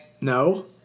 No